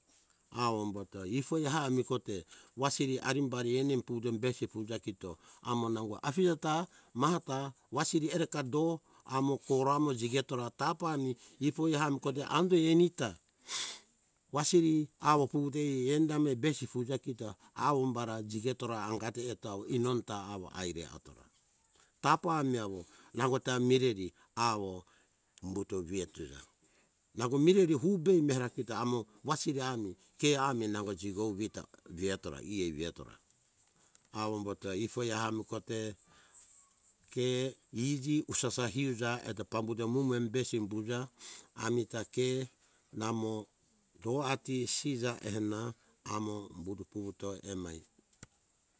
Awo umbato ifo ehami kote wasiri arimbari enem puvuto besi fuja kito amo nango afije ta mata wasiri ereta do amo koramo jigetora tapa mi ifoi ehami kote ambi eni ta wasiri awo puvuto ai endami besi fuja kito awo umbara jigetora angati hetoau infom ta awo aitora tapa mi awo nangota mireri awo umbuto vietuza nango mireri hubei mera kito amo wasiri ehami ke hami nango jigovita vietora ievi vietora awo umbuto ifoi ehami kote ke iji isafa iuja eto pambuto mumu em besi umbuja amita ke namo do ati siza ena amo umbuto puvuto emai.